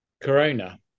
Corona